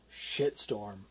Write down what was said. shitstorm